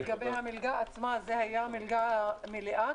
לגבי המלגה עצמה, זו הייתה מלגה מלאה?